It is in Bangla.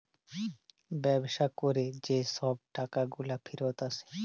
ব্যবসা ক্যরে যে ছব টাকাগুলা ফিরত আসে